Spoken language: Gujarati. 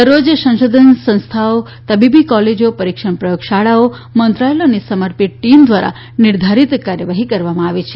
દરરોજ સંશોધન સંસ્થાઓ તબીબી કોલેજો પરીક્ષણ પ્રયોગશાળાઓ મંત્રાલયોની સમર્પિત ટીમ દ્વારા નિર્ધારિત કાર્યવાહી કરવામાં આવે છે